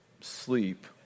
sleep